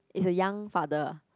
is a young father